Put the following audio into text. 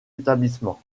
établissements